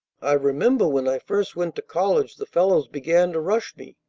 i remember when i first went to college the fellows began to rush me.